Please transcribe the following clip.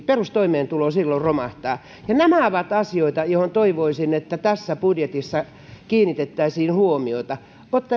perustoimeentulo silloin romahtaa nämä ovat asioita joihin toivoisin että tässä budjetissa kiinnitettäisiin huomiota